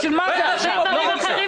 בשביל מה אתה אומר את זה?